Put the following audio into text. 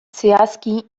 zehazki